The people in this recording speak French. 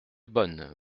bonnes